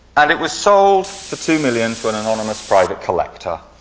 and it was sold for two million to an anonymous private collector.